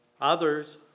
Others